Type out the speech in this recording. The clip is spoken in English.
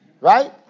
right